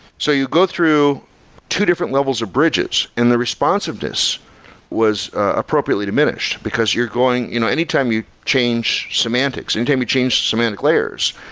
so you go through two different levels of bridges and the responsiveness was appropriately diminished, because you're going you know anytime you change semantics, anytime you change semantic layers,